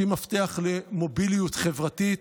שהיא מפתח למוביליות חברתית,